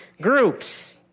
groups